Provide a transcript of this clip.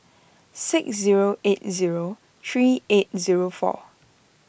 six zero eight zero three eight zero four